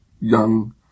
young